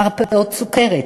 מרפאות סוכרת,